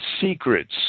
secrets